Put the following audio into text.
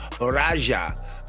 Raja